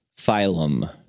phylum